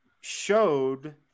showed